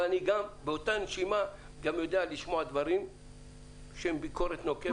אבל באותה נשימה אני גם יודע לשמוע דברים שהם ביקורת נוקבת,